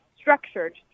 structured